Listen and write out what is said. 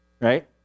right